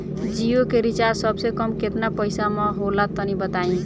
जियो के रिचार्ज सबसे कम केतना पईसा म होला तनि बताई?